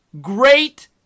Great